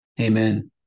Amen